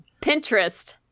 Pinterest